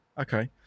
okay